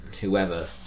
whoever